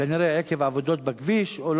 כנראה עקב עבודות בכביש או,